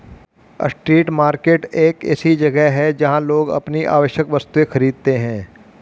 street market एक ऐसी जगह है जहां लोग अपनी आवश्यक वस्तुएं खरीदते हैं